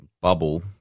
bubble